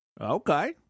Okay